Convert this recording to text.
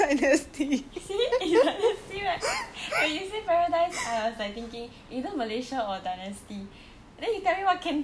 is dynasty right when you say paradise I was like thinking either malaysia or dynasty then you tell me what canton canton